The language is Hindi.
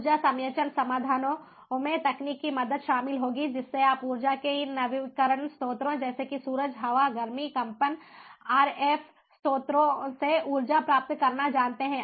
ऊर्जा संचयन समाधानों में तकनीक की मदद शामिल होगी जिससे आप ऊर्जा के इन नवीकरणीय स्रोतों जैसे कि सूरज हवा गर्मी कंपन आरएफ स्रोतों से ऊर्जा प्राप्त करना जानते हैं